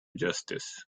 justice